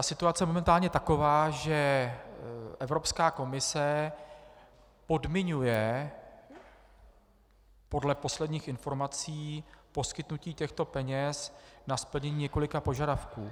Situace je momentálně taková, že Evropská komise podmiňuje podle posledních informací poskytnutí těchto peněz splněním několika požadavků.